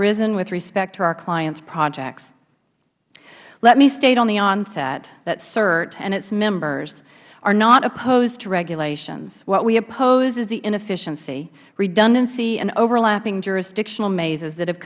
arisen with respect to our clients projects let me state on the onset that cirt and its members are not opposed to regulations what we oppose is the inefficiency redundancy and overlapping jurisdictional mazes that have